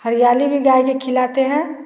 हरियाली भी गाय के खिलाते हैं